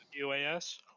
UAS